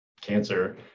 cancer